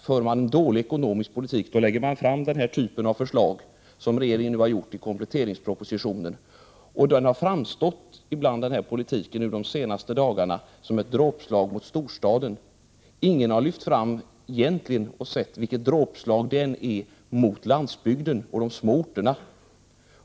För man en dålig ekonomisk politik, då lägger man fram den här typen av förslag som regeringen nu har gjort i kompletteringspropositionen. Denna politik har de senaste dagarna framstått som ett dråpslag mot storstaden. Ingen har lyft fram det faktum att den också är ett dråpslag mot landsbygden och de små orterna.